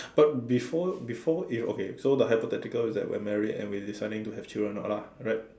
but before before it okay so the hypothesis is that we're married and deciding to have children or not right